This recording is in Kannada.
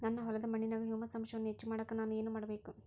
ನನ್ನ ಹೊಲದ ಮಣ್ಣಿನಾಗ ಹ್ಯೂಮಸ್ ಅಂಶವನ್ನ ಹೆಚ್ಚು ಮಾಡಾಕ ನಾನು ಏನು ಮಾಡಬೇಕು?